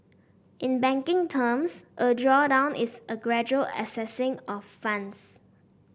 in banking terms a drawdown is a gradual accessing of funds